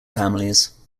families